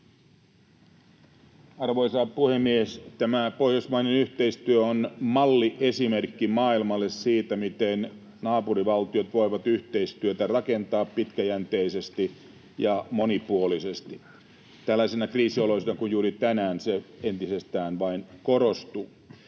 Arvoisa puhemies! Tämä pohjoismainen yhteistyö on malliesimerkki maailmalle siitä, miten naapurivaltiot voivat yhteistyötä rakentaa pitkäjänteisesti ja monipuolisesti. Tällaisissa kriisioloissa kuin juuri tänään se entisestään vain korostuu.